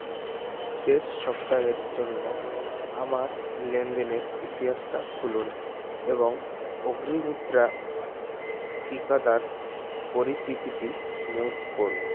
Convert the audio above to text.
শেষ সপ্তাহের জন্য আমার লেনদেনের ইতিহাসটা খুলুন এবং অগ্নিমিত্রা টীকাদার পরিচিতিটি মিউট করুন